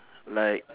like